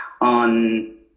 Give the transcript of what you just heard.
on